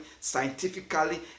scientifically